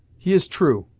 he is true.